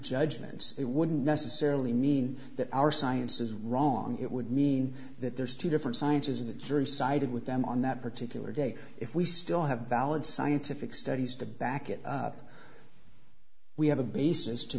judgments it wouldn't necessarily mean that our science is wrong it would mean that there's two different sciences in the jury sided with them on that particular day if we still have valid scientific studies to back it up we have a basis to